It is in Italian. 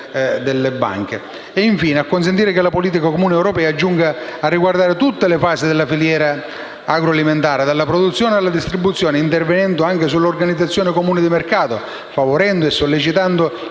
Governo a consentire che la politica comune europea giunga a riguardare tutte le fasi della filiera agroalimentare, dalla produzione alla distribuzione, intervenendo anche sull'organizzazione comune di mercato, favorendo e sollecitando idonee